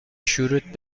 شروط